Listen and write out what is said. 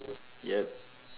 yup